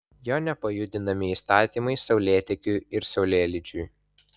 jo nepajudinami įstatymai saulėtekiui ir saulėlydžiui